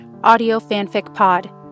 audiofanficpod